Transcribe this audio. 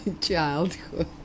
childhood